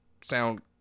sound